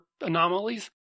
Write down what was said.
anomalies